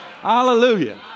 Hallelujah